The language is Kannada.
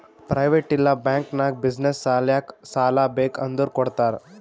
ಪ್ರೈವೇಟ್ ಇಲ್ಲಾ ಬ್ಯಾಂಕ್ ನಾಗ್ ಬಿಸಿನ್ನೆಸ್ ಸಲ್ಯಾಕ್ ಸಾಲಾ ಬೇಕ್ ಅಂದುರ್ ಕೊಡ್ತಾರ್